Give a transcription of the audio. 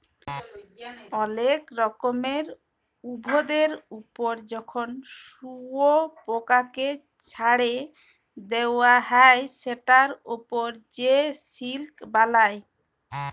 অলেক রকমের উভিদের ওপর যখন শুয়পকাকে চ্ছাড়ে দেওয়া হ্যয় সেটার ওপর সে সিল্ক বালায়